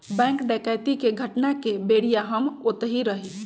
bank डकैती के घटना के बेरिया हम ओतही रही